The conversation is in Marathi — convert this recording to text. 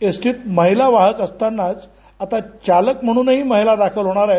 एसटीत महिला वाहक असतातच आता चालक म्हणूनही महिला दाखल होणार आहेत